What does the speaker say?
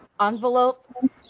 envelope